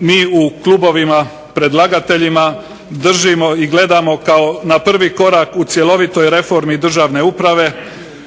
mi u klubovima, predlagateljima držimo i gledamo kao na prvi korak u cjelovitoj reformi državne uprave